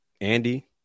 Andy